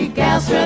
gas